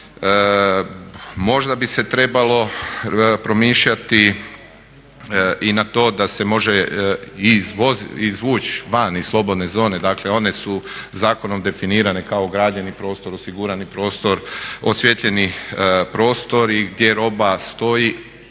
Možda bi se trebalo promišljati i na to da se može izvući van iz slobodne zone, dakle one su zakonom definirane kao ograđeni prostor, osigurani prostor, osvijetljeni prostor i gdje roba stoji,